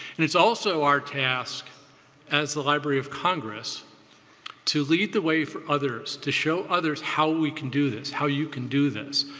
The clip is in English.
and it's also our task as the library of congress to lead the way for others, to show others how we can do this, how you can do this.